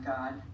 God